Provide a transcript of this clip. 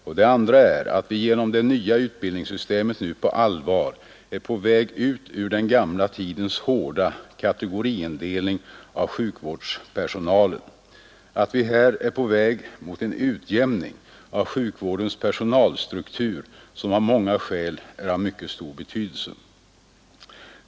Och det andra är att vi genom det nya utbildningssystemet nu på allvar är på väg ut ur den gamla tidens hårda kategoriindelning av sjukvårdspersonalen — att vi här är på väg mot en utjämning av sjukvårdens personalstruktur som av många skäl är av mycket stor betydelse.